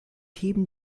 heben